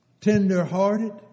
tender-hearted